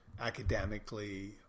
academically